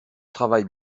travaille